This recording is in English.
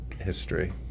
history